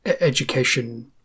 education